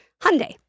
Hyundai